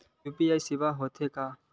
UPI सेवाएं हो थे का?